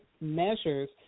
measures